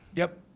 yep.